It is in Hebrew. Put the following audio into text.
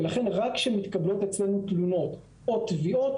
ולכן רק כשמתקבלות אצלנו תלונות או תביעות